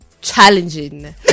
challenging